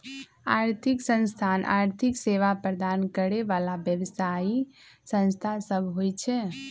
आर्थिक संस्थान आर्थिक सेवा प्रदान करे बला व्यवसायि संस्था सब होइ छै